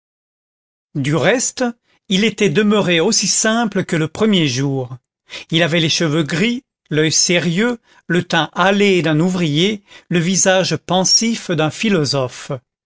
du reste il était demeuré aussi simple que le premier jour il avait les cheveux gris l'oeil sérieux le teint hâlé d'un ouvrier le visage pensif d'un philosophe